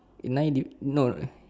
in nine due no lah